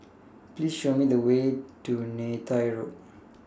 Please Show Me The Way to Neythai Road